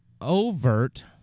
overt